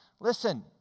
Listen